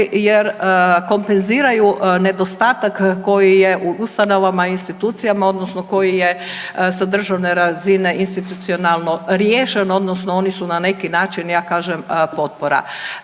jer kompenziraju nedostatak koji je u ustanovama i institucijama odnosno koji je sa državne razine institucionalno riješen odnosno oni su na neki način ja kažem potpora.